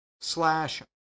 slash